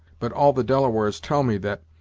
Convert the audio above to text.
but all the delawares tell me that,